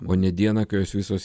o ne dieną kai jos visos